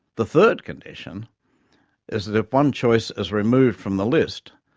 the third condition is that if one choice is removed from the list,